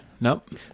Nope